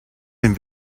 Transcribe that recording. dem